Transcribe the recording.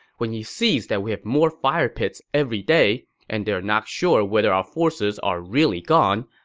when he sees that we have more fire pits every day and they are not sure whether our forces are really gone,